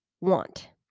want